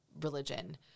religion